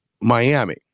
Miami